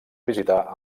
visitar